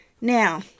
now